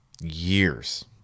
years